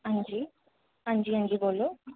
हां जी हां जी हां जी बोलो